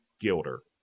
Gilder